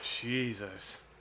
Jesus